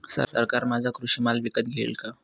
सरकार माझा कृषी माल विकत घेईल का?